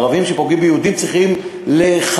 ערבים שפוגעים ביהודים צריכים להיחקר.